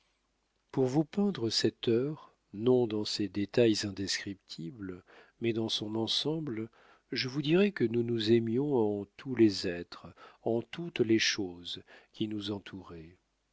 pour vous peindre cette heure non dans ses détails indescriptibles mais dans son ensemble je vous dirai que nous nous aimions en tous les êtres en toutes les choses qui nous entouraient